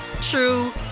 true